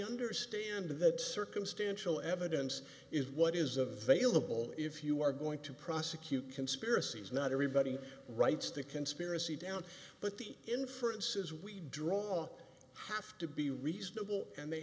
understand that circumstantial evidence is what is a vailable if you are going to prosecute conspiracies not everybody writes the conspiracy down but the inferences we draw have to be reasonable and they